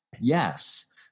yes